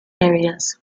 areas